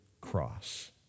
cross